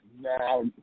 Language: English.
Now